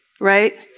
right